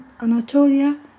Anatolia